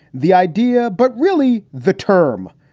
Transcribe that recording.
the idea. but really, the term,